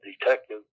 detective